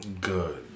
Good